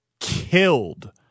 Killed